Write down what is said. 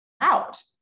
out